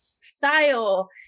style